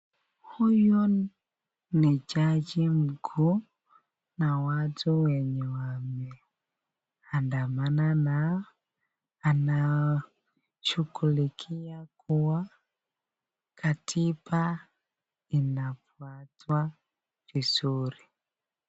Huyu ni jaji mkuu na watu wenye wameandamana nao anawashughulikia kua katiba inafuatwa vizuri.